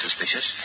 suspicious